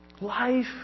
Life